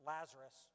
Lazarus